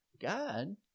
God